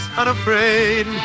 unafraid